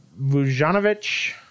Vujanovic